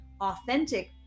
authentic